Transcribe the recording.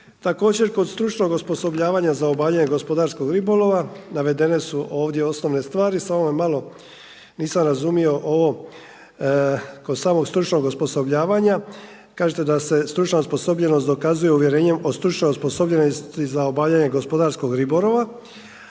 Također, kod stručnog osposobljavanja za obavljanje gospodarskog ribolova, navedene su ovdje osnovne stvari, samo me malo, nisam razumio, ovo kod samog stručnog osposobljavanja, kažete da se stručna osposobljenost dokazuje uvjerenje o stručnoj osposobljenosti za obavljanje gospodarskog ribolova,